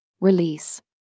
Release